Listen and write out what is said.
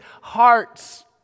hearts